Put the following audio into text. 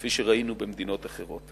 כפי שראינו במדינות אחרות.